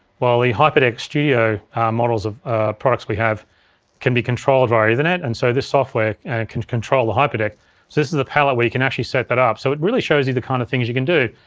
well the hyperdeck studio models of products we have can be controlled via ethernet and so this software and and can control the hyperdeck. so this is the palette where you can actually set that up. so it really shows you the kind of things you can do.